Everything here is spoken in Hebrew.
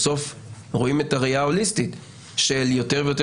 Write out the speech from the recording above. בסוף רואים את הראייה ההוליסטית של יותר ויותר